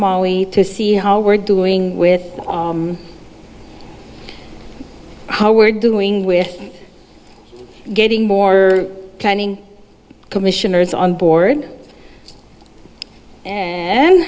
molly to see how we're doing with how we're doing with getting more planning commissioners on board and